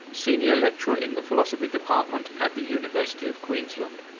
senior lecturer in the philosophy department at the university of queensland.